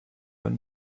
own